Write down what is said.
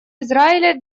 израиля